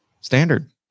Standard